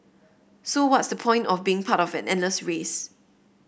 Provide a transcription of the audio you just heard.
so what's the point of being part of an endless race